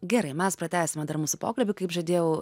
gerai mes pratęsime dar mūsų pokalbį kaip žadėjau